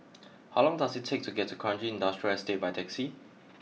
how long does it take to get to Kranji Industrial Estate by taxi